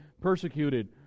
persecuted